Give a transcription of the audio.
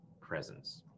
presence